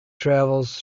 travels